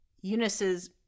Eunice's